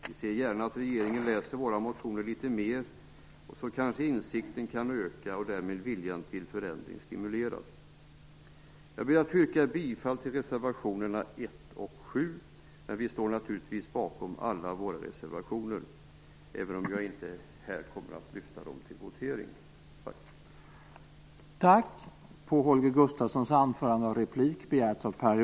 Vi ser gärna att regeringen läser våra motioner litet mera, så kanske insikten kan öka och därmed viljan till förändring stimuleras. Jag ber att få yrka bifall till reservationerna 1 och 7, men vi står naturligtvis bakom alla våra reservationer även om jag inte här kommer att begära votering med anledning av samtliga.